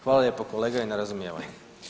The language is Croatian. Hvala lijepo kolega i na razumijevanju.